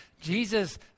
jesus